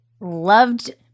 loved